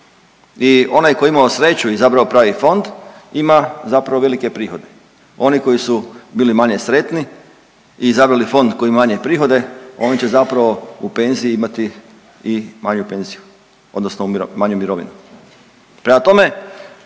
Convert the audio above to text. I onaj koji je imao sreću i izabrao pravi fond ima zapravo velike prihode. Oni koji su bili manje sretni i izabrali fond koji ima manje prihode, oni će zapravo u penziji imati i manju penziju, odnosno manju mirovinu. Prema tome,